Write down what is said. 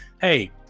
Hey